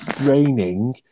raining